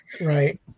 Right